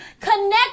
Connect